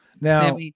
Now